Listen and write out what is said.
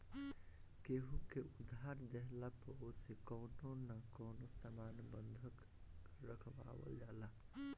केहू के उधार देहला पअ ओसे कवनो न कवनो सामान बंधक रखवावल जाला